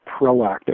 proactive